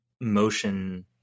motion